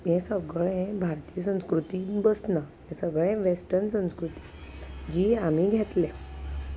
हें सगळें भारतीय संस्कृतींत बसना हें सगळें वॅस्टन संस्कृती जी आमी घेतल्या